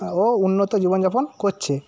ও উন্নত জীবনযাপন করছে